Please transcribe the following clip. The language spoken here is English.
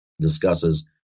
discusses